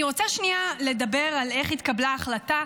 אני רוצה שנייה לדבר על איך התקבלה ההחלטה,